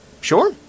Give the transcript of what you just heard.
Sure